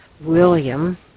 William